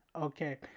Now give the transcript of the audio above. Okay